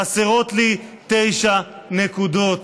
חסרות לי תשע נקודות.